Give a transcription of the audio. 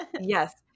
Yes